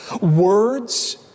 Words